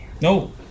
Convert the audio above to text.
No